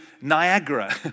Niagara